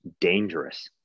dangerous